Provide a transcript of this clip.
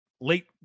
late